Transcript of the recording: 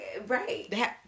Right